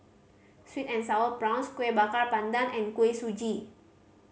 sweet and Sour Prawns Kueh Bakar Pandan and Kuih Suji